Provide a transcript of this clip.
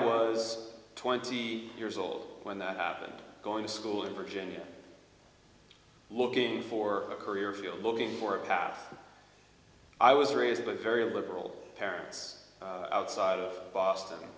was twenty years old when that happened going to school in virginia looking for a career field looking for a path i was raised by a very liberal parents outside of boston